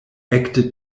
ekde